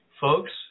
Folks